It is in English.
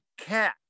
cat